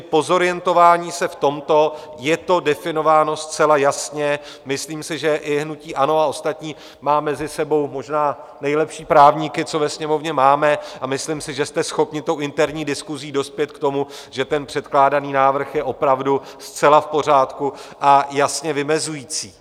Po zorientování se v tomto je to definováno zcela jasně, myslím si, že i hnutí ANO a ostatní mají mezi sebou možná nejlepší právníky, co ve Sněmovně máme, a myslím si, že jste schopni tou interní diskusí dospět k tomu, že ten předkládaný návrh je opravdu zcela v pořádku a jasně vymezující.